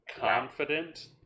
confident